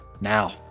now